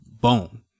Boom